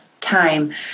time